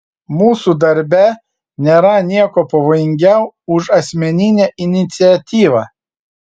mūsų darbe nėra nieko pavojingiau už asmeninę iniciatyvą